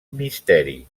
misteri